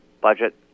budget